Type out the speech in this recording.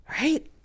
right